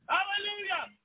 Hallelujah